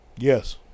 Yes